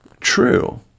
true